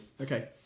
Okay